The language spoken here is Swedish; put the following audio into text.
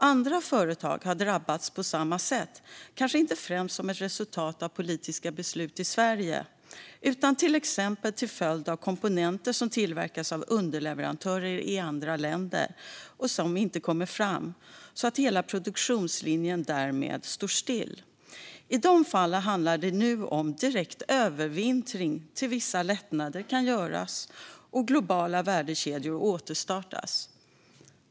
Andra företag har drabbats på samma sätt, kanske inte främst som ett resultat av politiska beslut i Sverige utan till exempel till följd av att komponenter som tillverkas av underleverantörer i andra länder inte kommer fram så att hela produktionslinjen därmed står still. I de fallen handlar det nu om direkt övervintring tills vissa lättnader kan göras och globala värdekedjor återstartas.